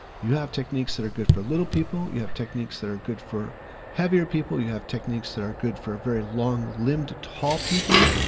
you have techniques that are good for little people. you have techniques that are good for heavier people. you have techniques that are good for a very long limbed tall people.